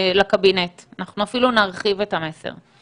לקבינט, אנחנו אפילו נרחיב את המסר.